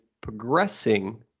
progressing